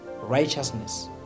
righteousness